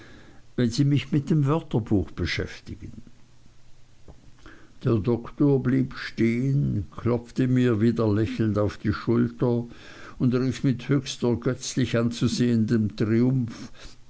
wenn sie mich mit dem wörterbuch beschäftigen der doktor blieb stehen klopfte mir wieder lächelnd auf die schulter und rief mit höchst ergötzlich anzusehendem triumph